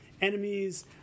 enemies